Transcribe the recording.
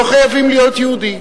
לא חייבים להיות יהודי.